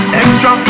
extra